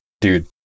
dude